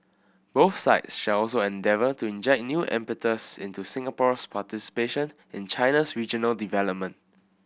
both sides shall also endeavour to inject new impetus into Singapore's participation in China's regional development